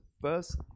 first